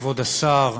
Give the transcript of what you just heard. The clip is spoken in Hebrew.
כבוד השר,